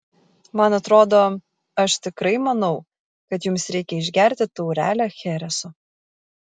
man atrodo aš tikrai manau kad jums reikia išgerti taurelę chereso